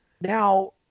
Now